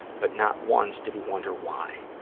but not once did he wonder why.